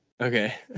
Okay